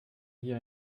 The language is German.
hier